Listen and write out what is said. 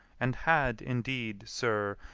and had indeed, sir,